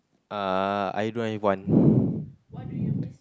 uh I don't have one